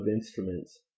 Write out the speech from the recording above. instruments